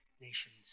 nations